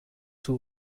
two